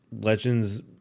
Legends